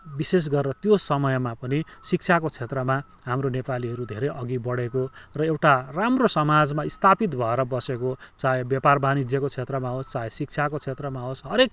विशेष गरेर त्यो समयमा पनि शिक्षाको क्षेत्रमा हाम्रो नेपालीहरू धेरै अघि बढेको र एउटा राम्रो समाजमा स्थापित भएर बसेको चाहे व्यापार वाणिज्यको क्षेत्रमा होस् चाहे शिक्षाको क्षेत्रमा होस् हरेक